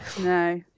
No